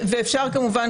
ואפשר כמובן,